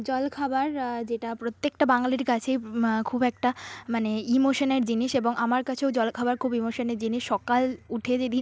জলখাবার যেটা প্রত্যেকটা বাঙালির কাছেই খুব একটা মানে ইমোশনের জিনিস এবং আমার কাছেও জলখাবার খুব ইমোশনের জিনিস সকাল উঠে যদি